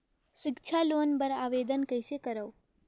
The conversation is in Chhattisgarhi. सिक्छा लोन बर आवेदन कइसे करव?